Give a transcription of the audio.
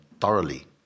thoroughly